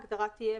ההגדרה תהיה: